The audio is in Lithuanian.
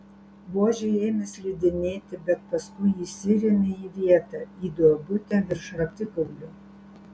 buožė ėmė slidinėti bet paskui įsirėmė į vietą į duobutę virš raktikaulio